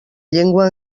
llengua